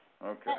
Okay